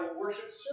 worship